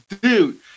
dude